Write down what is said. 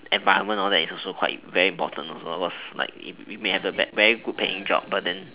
environment all that is also quite very important also cause like you may have a very good paying job but then